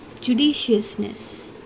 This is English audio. judiciousness